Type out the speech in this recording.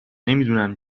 نمیدونم